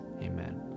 Amen